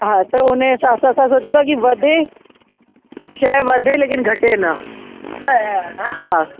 हा त हुन हिसाब सां असां सोचूं था कि वधे शइ वधे लेकिनि घटे न त हा